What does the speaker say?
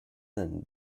than